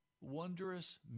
wondrous